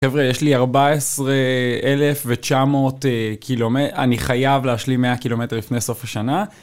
חבר'ה, יש לי 14,900 קילומטר, אני חייב להשלים 100 קילומטר לפני סוף השנה.